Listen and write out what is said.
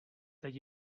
teď